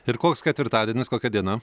ir koks ketvirtadienis kokia diena